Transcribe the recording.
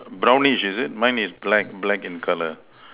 brownish is it mine is black black in color